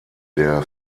der